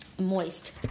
moist